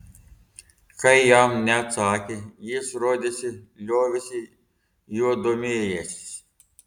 kai jam neatsakė jis rodėsi liovėsi juo domėjęsis